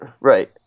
right